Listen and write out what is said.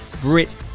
Brit